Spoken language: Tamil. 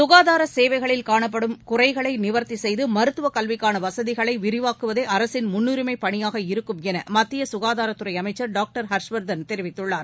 சுகாதார சேவைகளில் காணப்படும் குறைகளை நிவா்த்தி செய்து மருத்துவ கல்விக்கான வசதிகளை விரிவாக்குவதே அரசின் முன்னுரிமை பணியாக இருக்கும் என மத்திய குகாதாரத் துறை அமைச்சள் டாக்டர் ஹர்ஷ்வர்தன் தெரிவித்துள்ளார்